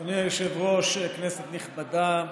אדוני היושב-ראש, כנסת נכבדה,